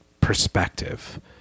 perspective